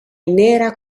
nera